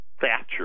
Thatcher